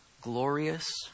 glorious